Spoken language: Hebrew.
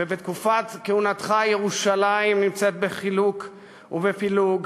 ובתקופת כהונתך ירושלים נמצאת בחילוק ובפילוג.